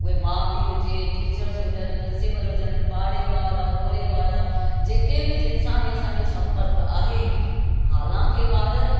उहे माउ पीउ हुजे टीचर्स हुजनि प्रिंसिपल हुजनि पाड़ेवाड़ा ओड़ेवारा जेके बि जंहिंसां बि असांजो संपर्क आहे हालांकि ॿार